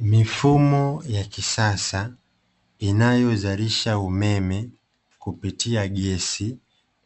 Mifumo ya kisasa inayozalisha umeme kupitia gesi,